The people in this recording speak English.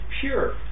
pure